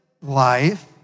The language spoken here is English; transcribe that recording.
Life